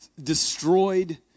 destroyed